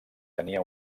tenia